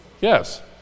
Yes